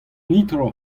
netra